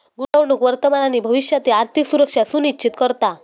गुंतवणूक वर्तमान आणि भविष्यातील आर्थिक सुरक्षा सुनिश्चित करता